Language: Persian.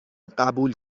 قبول